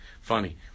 funny